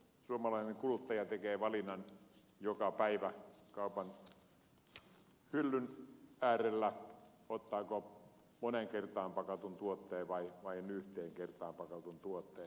suomalainen kuluttaja tekee valinnan joka päivä kaupan hyllyn äärellä ottaako moneen kertaan pakatun tuotteen vai vain yhteen kertaan pakatun tuotteen